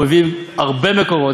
הוא הביא הרבה מקורות,